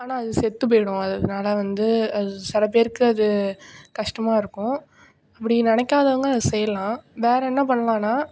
ஆனால் அது செத்து போய்டும் அதனால வந்து அது சில பேருக்கு அது கஷ்டமாக இருக்கும் அப்படி நெனைக்காதவங்க அதை செய்யலாம் வேற என்ன பண்லாம்னா